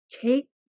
take